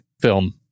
film